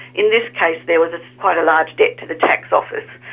in this case there was quite a large debt to the tax office,